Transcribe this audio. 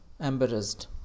Embarrassed